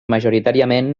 majoritàriament